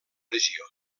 regió